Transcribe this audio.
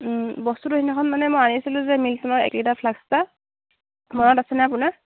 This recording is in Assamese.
বস্তুটো সেইদিনাখন মই আনিছিলোঁ যে মিল্টনৰ এক লিটাৰ ফ্লাস্ক এটা মনত আছেনে আপোনাৰ